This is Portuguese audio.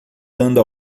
dando